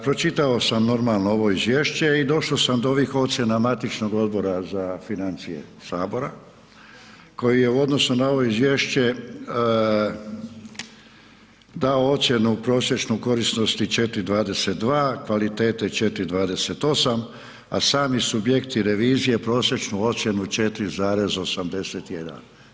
Pročitao sam, normalno, ovo izvješće i došao sam do ovih ocjena matičnog Odbora za financije Sabora koji je u odnosu na ovo izvješće dao ocjenu prosječnu korisnosti 4.22, kvalitete 4.28, a sami subjekti revizije prosječnu ocjenu 4.81.